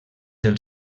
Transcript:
del